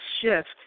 shift